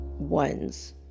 Ones